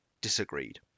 disagreed